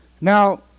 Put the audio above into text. Now